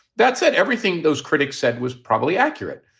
that's it. everything those critics said was probably accurate.